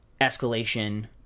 escalation